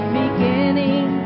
beginning